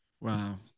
wow